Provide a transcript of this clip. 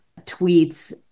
tweets